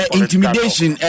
intimidation